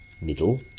middle